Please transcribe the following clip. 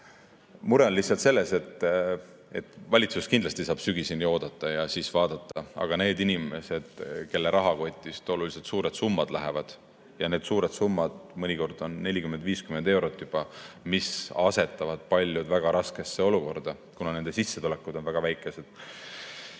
Mure on lihtsalt selles, et valitsus kindlasti saab sügiseni oodata ja siis vaadata, aga nendel inimestel, kelle rahakotist oluliselt suuremad summad välja lähevad – need suured summad on mõnikord juba 40–50 eurot, mis asetab paljud väga raskesse olukorda, kuna nende sissetulekud on väga väikesed